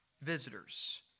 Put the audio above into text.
visitors